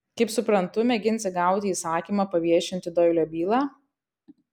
kaip suprantu mėginsi gauti įsakymą paviešinti doilio bylą